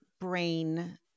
brain